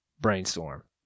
Brainstorm